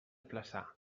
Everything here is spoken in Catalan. flaçà